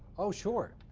oh, sure.